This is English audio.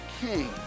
king